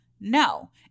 No